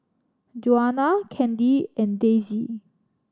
Juana Kandy and Daisye